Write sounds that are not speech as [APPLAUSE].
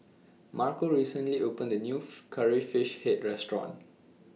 Marco recently opened A New [HESITATION] Curry Fish Head Restaurant